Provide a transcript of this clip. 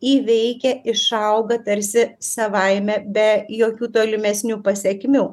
įveikia išauga tarsi savaime be jokių tolimesnių pasekmių